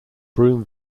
broom